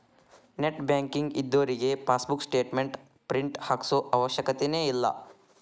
net banking ಇದ್ದೋರಿಗೆ passbook statement print ಹಾಕ್ಸೋ ಅವಶ್ಯಕತೆನ ಇಲ್ಲಾ